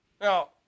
Now